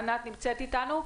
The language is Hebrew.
ענת נמצאת אתנו,